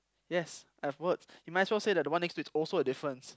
yes I've worked you might as well say the one next to you is also a difference